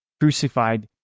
crucified